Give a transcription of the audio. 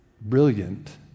brilliant